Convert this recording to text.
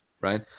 right